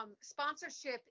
sponsorship